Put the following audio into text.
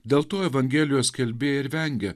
dėl to evangelijos skelbėjai ir vengia